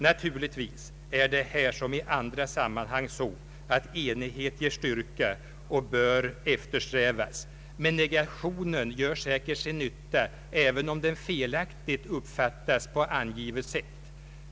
Naturligtvis är det här som i andra sammanhang så att enighet ger styrka och bör eftersträvas. Men negationen gör säkert sin nytta, även om den felaktigt uppfattas på angivet sätt.